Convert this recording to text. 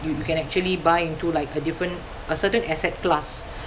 you you can actually buy into like a different a certain asset class